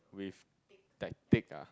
like thick ah